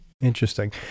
Interesting